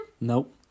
Nope